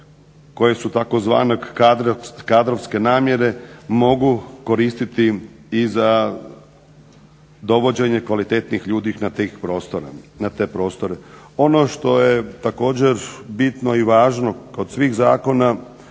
koje su tzv. kadrovske namjene mogu koristiti i za dovođenje kvalitenih …/Govornik se ne razumije./… na te prostore. Ono što je također bitno i važno kod svih zakona